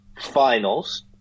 finals